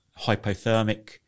hypothermic